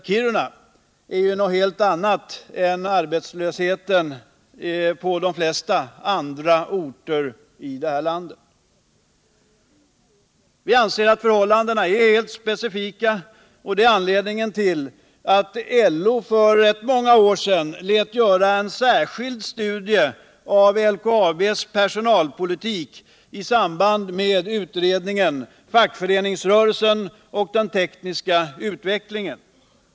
Kiruna är ju något helt annat än arbetslöshet på de flesta andra orter i detta land. Vi anser att förhållandena är helt specifika, och det är anledningen till att LO för rätt många år sedan lät göra en särskild studie av LKAB:s personalpolitik i samband med utredningen Fackföreningsrörelsen och den tekniska utvecklingen.